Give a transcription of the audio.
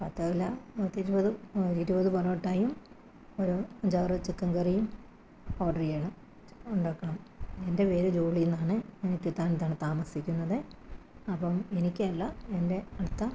പത്തല്ല പത്തിരുപത് ഇരുപത് പൊറോട്ടയും ഒരു അഞ്ചാറ് ചിക്കൻ കറിയും ഓർഡർ ചെയ്യണം ഉണ്ടാക്കണം എൻ്റെ പേര് ജോളി എന്നാണ് ഞാൻ ഇത്തിത്താനത്താണ് താമസിക്കുന്നത് അപ്പം എനിക്കല്ല എൻ്റെ അടുത്ത